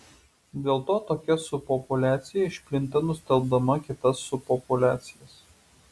dėl to tokia subpopuliacija išplinta nustelbdama kitas subpopuliacijas